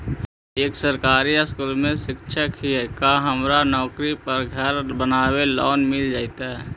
हम एक सरकारी स्कूल में शिक्षक हियै का हमरा नौकरी पर घर बनाबे लोन मिल जितै?